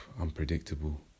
unpredictable